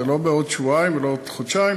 זה לא בעוד שבועיים ולא בעוד חודשיים,